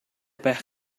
байх